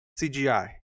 CGI